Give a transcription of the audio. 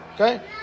okay